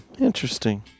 Interesting